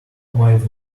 might